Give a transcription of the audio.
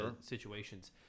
situations